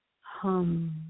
hum